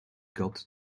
got